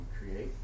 create